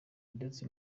ndetse